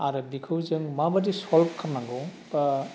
आरो बेखौ जों माबादि सल्भ खालाम नांगौ